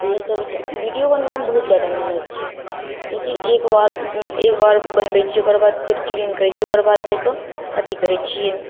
इएह सबके वीडिओ बनबैमे बहुत जादा मेहनति छै किएकि एकबेर एकबेर बनबै छिए ओकर बाद फेर क्लीन करै छिए ओकर बाद जाके अथी करै छिए